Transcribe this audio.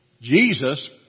Jesus